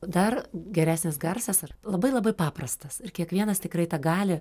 dar geresnis garsas ar labai labai paprastas ir kiekvienas tikrai tą gali